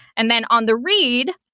and then on the read,